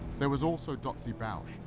there was also dotsie bausch,